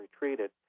retreated